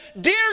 Dear